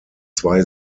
zwei